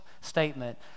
statement